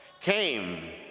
came